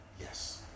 Yes